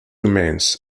remains